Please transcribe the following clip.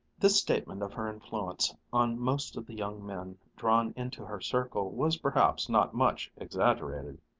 this statement of her influence on most of the young men drawn into her circle was perhaps not much exaggerated.